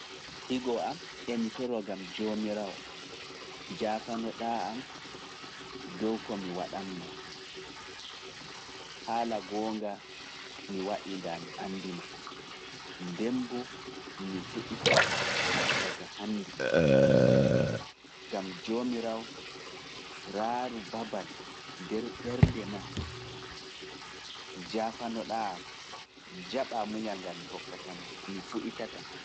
Higo am emitoro gam Joomiraawo, jaafano ɗaa am dow ko mi waɗan maa, haala goonga mi waɗii ndaa mi annduno, ndemboo mi fuɗitata daga hannde, gam Joomiraawo raaru babal nder ɓernde maa, jaafano ɗaa am jaɓaa muñal ngal mi hokkata ma, mi fuɗitata.